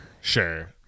Sure